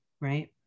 Right